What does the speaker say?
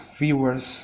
viewers